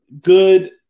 Good